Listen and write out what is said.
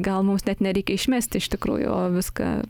gal mums net nereikia išmesti iš tikrųjų o viską